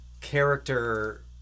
character